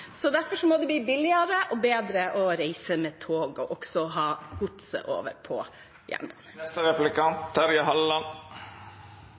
Derfor må det bli billigere og bedre å reise med tog – og også å ha godset over på jernbanen.